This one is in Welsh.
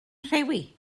rhewi